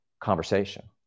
conversation